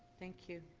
thank you.